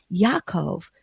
Yaakov